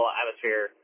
atmosphere